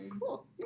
cool